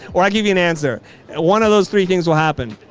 well i give you an answer and one of those three things will happen.